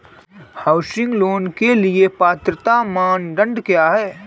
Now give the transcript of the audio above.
Housing loan के लिए पात्रता मानदंड क्या हैं?